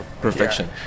perfection